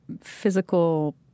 physical